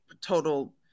total